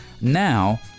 now